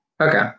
Okay